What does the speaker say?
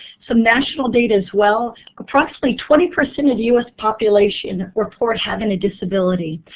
some national data as well approximately twenty percent of us population report having a disability.